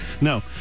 No